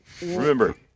Remember